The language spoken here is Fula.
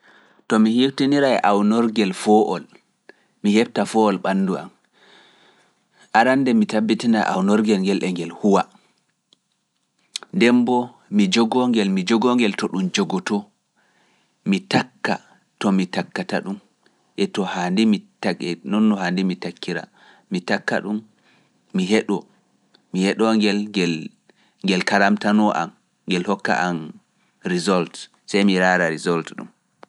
To mi hutinirai e awnorgel foowol, mi heɓta foowol ɓanndu am, arande mi tabbitinai awnorgel ngel e ngel huwa, ndembo mi jogoo ngel, mi jogoo ngel to ɗum jogotoo, mi takka to mi takkata ɗum, e to haandi mi takkira, mi takka ɗum mi heɗoo, mi heɗoo ngel, ngel karamtano am, ngel hokka am result, sey mi raara result ɗum.